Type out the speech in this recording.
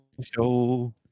show